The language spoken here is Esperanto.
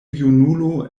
junulo